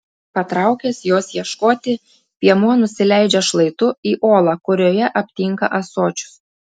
patraukęs jos ieškoti piemuo nusileidžia šlaitu į olą kurioje aptinka ąsočius